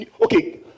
okay